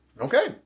Okay